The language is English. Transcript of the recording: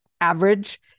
average